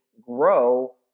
grow